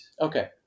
Okay